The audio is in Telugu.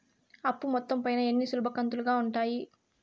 అప్పు మొత్తం పైన ఎన్ని సులభ కంతులుగా ఉంటాయి?